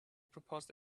proposed